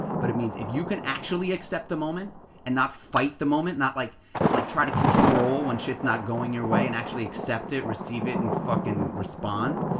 but it means if you can actually accept the moment and not fight the moment, like like try to control when shit's not going your way and actually accept it, receive it, and fuckin' respond?